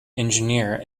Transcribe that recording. engineer